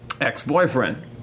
ex-boyfriend